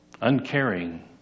uncaring